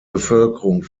bevölkerung